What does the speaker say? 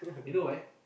you know why